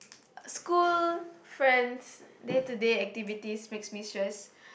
school friends day to day activities makes me stress